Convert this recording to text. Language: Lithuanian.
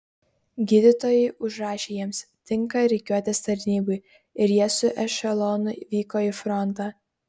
gydytojai užrašė jiems tinka rikiuotės tarnybai ir jie su ešelonu vyko į frontą